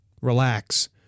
relax